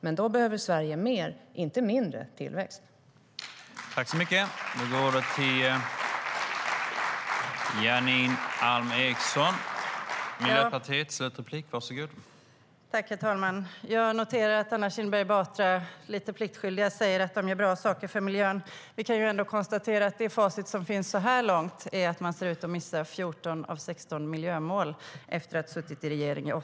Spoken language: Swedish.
Men då behöver Sverige mer, och inte mindre, tillväxt.